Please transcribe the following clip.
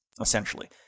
essentially